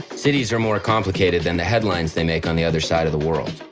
cities are more complicated than the headlines they make on the other side of the world.